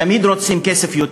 תמיד רוצים יותר כסף,